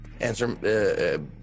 Answer